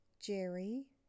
Jerry